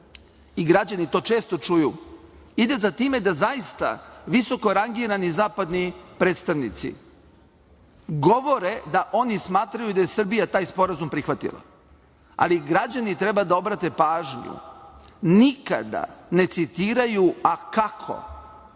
i građani to često čuju ide za time da zaista visoko rangirani zapadni predstavnici govore da oni smatraju da je Srbija taj sporazum prihvatila, ali građani treba da obrate pažnju. Nikada ne citiraju - a kako.